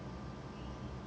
our committee